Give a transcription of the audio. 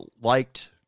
liked